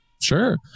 sure